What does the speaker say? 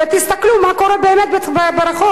ותסתכלו מה קורה באמת ברחוב,